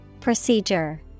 Procedure